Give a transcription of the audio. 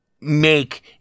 make